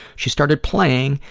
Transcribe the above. she started playing,